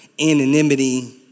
anonymity